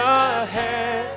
ahead